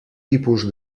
tipus